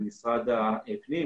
עם משרד הפנים,